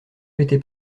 mettez